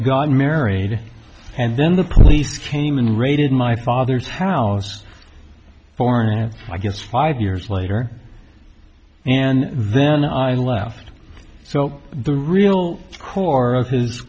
got married and then the police came and raided my father's house for now i guess five years later and then i left so the real core of his